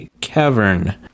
cavern